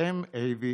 האם אווי,